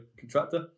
contractor